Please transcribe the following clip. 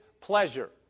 pleasure